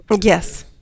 Yes